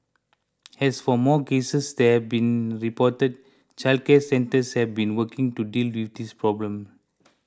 as for more cases they have been reported childcare centres have been working to deal with this problem